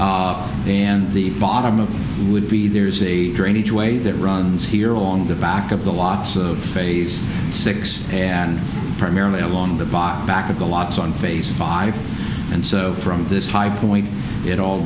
hill and the bottom of would be there's a drainage way that runs here on the back of the loss of phase six and primarily along the bottom back of the lots on phase five and so from this high point it all